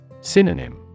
Synonym